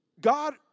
God